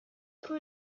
pro